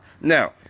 Now